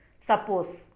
Suppose